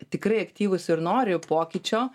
tikrai aktyvūs ir nori pokyčio